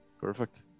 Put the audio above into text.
Perfect